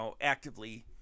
actively